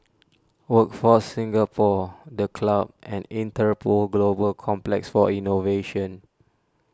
Workforce Singapore the Club and Interpol Global Complex for Innovation